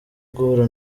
guhura